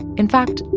in fact,